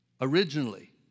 originally